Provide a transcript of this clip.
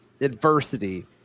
adversity